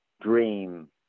dream